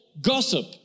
Gossip